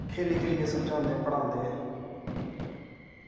खेली खेलियै समझांदे पढ़ांदे